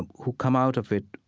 and who come out of it,